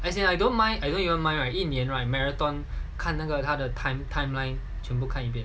as in I don't mind I don't even mind right 一年 right marathon 看那个他的 time timeline 全部看一遍